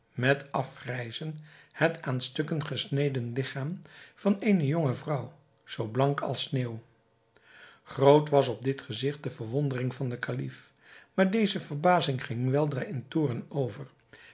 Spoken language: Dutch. met afgrijzen het aan stukken gesneden ligchaam van eene jonge vrouw zoo blank als sneeuw groot was op dit gezigt de verwondering van den kalif maar deze verbazing ging weldra in toorn over